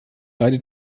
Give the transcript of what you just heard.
leide